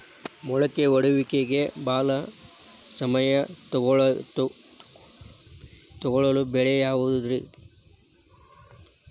ಮೊಳಕೆ ಒಡೆಯುವಿಕೆಗೆ ಭಾಳ ಸಮಯ ತೊಗೊಳ್ಳೋ ಬೆಳೆ ಯಾವುದ್ರೇ?